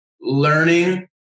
learning